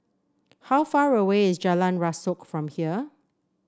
how far away is Jalan Rasok from here